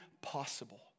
possible